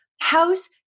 house